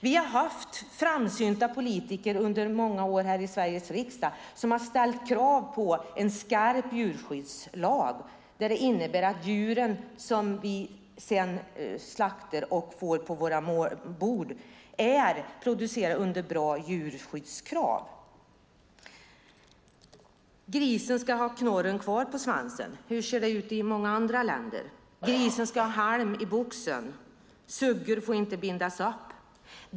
Vi har haft framsynta politiker under många år här i Sveriges riksdag som har ställt krav på en skarp djurskyddslag som innebär att de djur som vi sedan slaktar och får på våra bord är uppfödda under bra djurskyddskrav. Grisen ska ha knorren kvar på svansen. Hur ser det ut i många andra länder? Grisen ska ha halm i boxen. Suggor får inte bindas upp.